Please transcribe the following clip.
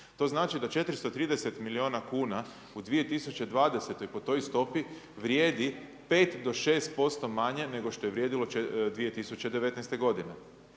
To znači da 430 milijuna kuna u 2020. po toj stopi vrijedi 5 do 6% manje nego što je vrijedilo 2019. g.